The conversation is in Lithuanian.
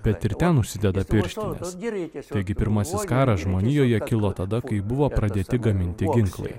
bet ir ten užsideda pirštines taigi pirmasis karas žmonijoje kilo tada kai buvo pradėti gaminti ginklai